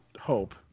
hope